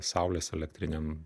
saulės elektrinėm